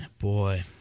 Boy